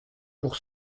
pour